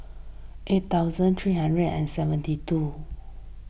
eight thousand three hundred and seventy two